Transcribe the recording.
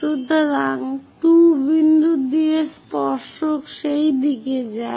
সুতরাং 2 বিন্দু দিয়ে স্পর্শক সেই দিকে যায়